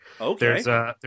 Okay